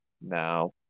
now